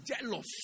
jealous